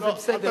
וזה בסדר,